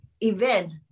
event